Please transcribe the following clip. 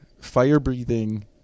fire-breathing